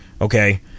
Okay